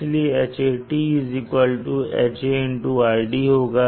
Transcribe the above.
इसलिए Hat Ha RD होगा